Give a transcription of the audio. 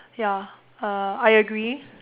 ya uh I agree